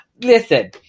listen